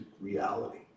reality